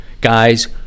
Guys